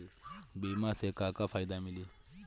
बीमा से का का फायदा मिली?